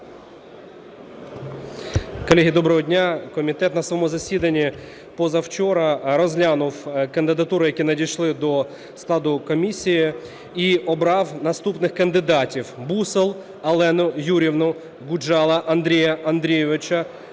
Колеги, доброго дня. Комітет на своєму засіданні позавчора розглянув кандидатури, які надійшли до складу комісії. І обрав наступних кандидатів: Бусол Олену Юріївну, Гуджала Андрія Андрійовича,